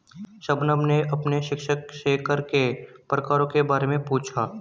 शबनम ने अपने शिक्षक से कर के प्रकारों के बारे में पूछा